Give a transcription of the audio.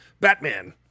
Batman